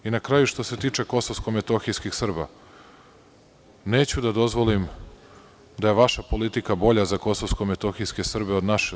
Na kraju, što se tiče Kosovsko-metohijskih Srba, neću da dozvolim da vaša je vaša politika bolja za Kosovsko-metohijske Srbe od naše.